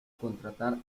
contratar